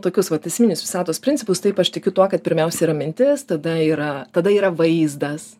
tokius vat esminius visatos principus taip aš tikiu tuo kad pirmiausia yra mintis tada yra tada yra vaizdas